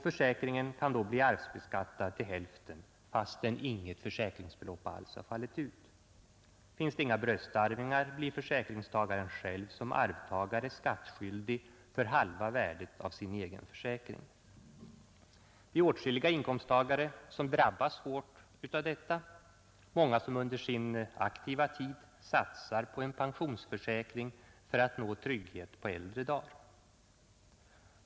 Försäkringen kan då bli arvsbeskattad till hälften, fastän inget försäkringsbelopp alls har fallit ut. Finns det inga bröstarvingar, blir försäkringstagaren själv som arvtagare skattskyldig för halva värdet av sin egen försäkring. Åtskilliga inkomsttagare drabbas hårt av detta — många som under sin aktiva tid satsar på en pensionsförsäkring för att nå trygghet på äldre dagar.